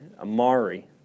Amari